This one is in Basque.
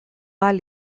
ahal